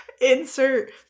insert